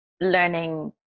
learning